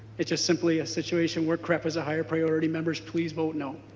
it just simply a situation where crep is a higher priority. members please vote no.